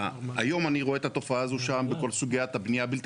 היום אני רואה את התופעה הזו שם בכל סוגיית הבנייה הבלתי